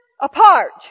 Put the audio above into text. apart